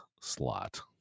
slot